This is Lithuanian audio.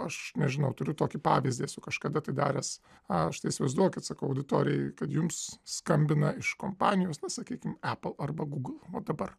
aš nežinau turiu tokį pavyzdį esu kažkada tai daręs aš tai įsivaizduokit sakau auditorijai kad jums skambina iš kompanijos na sakykim apple arba google vat dabar